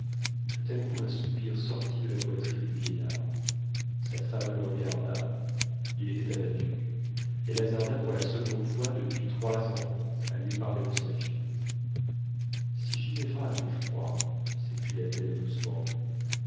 tout à coup un soupir sortit de la poitrine du vieillard sa femme le regarda il était abattu elle hasarda pour la seconde fois depuis trois ans à lui parler de sa fille si ginevra avait froid s'écria-t-elle doucement